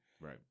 Right